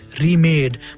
remade